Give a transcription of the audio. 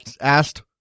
asked